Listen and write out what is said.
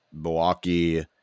Milwaukee